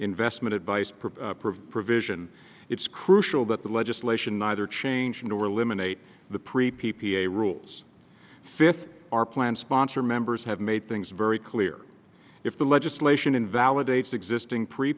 investment advice propose a provision it's crucial that the legislation neither changing or eliminate the pre p p a rules fifty our plan sponsor members have made things very clear if the legislation invalidates existing pre